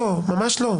ממש לא.